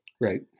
Right